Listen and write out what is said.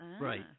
right